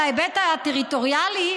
אם מדברים על ההיבט הטריטוריאלי,